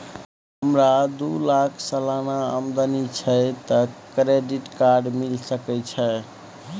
हमरा दू लाख सालाना आमदनी छै त क्रेडिट कार्ड मिल सके छै?